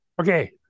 Okay